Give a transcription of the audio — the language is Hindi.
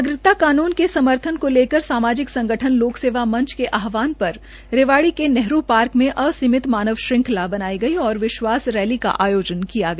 नागरिकता कानून के समर्थन को लेकर सामाजिक संगठन लोक सेवा मंच के आह्वान पर रेवाड़ी के नेहरू पार्क में असीमित मानव श्रृंखला बनाई गई तथा विश्वास रैली का आयोजन किया गया